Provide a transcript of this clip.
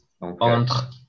entre